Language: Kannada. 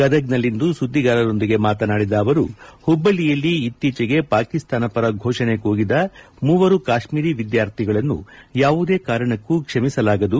ಗದಗನಲ್ಲಿಂದು ಸುದ್ದಿಗಾರರೊಂದಿಗೆ ಮಾತನಾಡಿದ ಅವರು ಹುಬ್ಬಳ್ಳಿಯಲ್ಲಿ ಇತ್ತೀಚೆಗೆ ಪಾಕಿಸ್ತಾನ ಪರ ಘೋಷಣೆ ಕೂಗಿದ ಮೂವರು ಕಾತ್ಮೀರಿ ವಿದ್ಯಾರ್ಥಿಗಳನ್ನು ಯಾವುದೇ ಕಾರಣಕ್ಕೂ ಕ್ಷಮಿಸಲಾಗದು